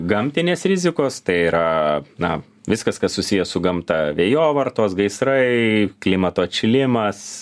gamtinės rizikos tai yra na viskas kas susiję su gamta vėjovartos gaisrai klimato atšilimas